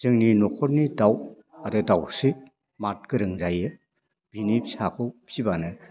जोंनि न'खरनि दाउ आरो दाउस्रि मात गोरों जायो बेनि फिसाखौ फिसिबानो